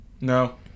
No